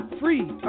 free